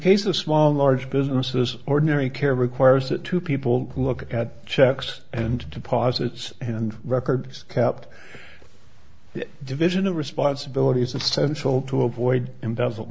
case of small and large businesses ordinary care requires that two people look at checks and deposits and records kept the division of responsibilities of central to avoid embezzle